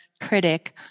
critic